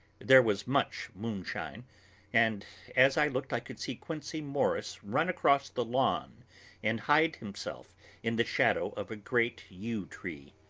there was much moonshine and as i looked i could see quincey morris run across the lawn and hide himself in the shadow of a great yew-tree.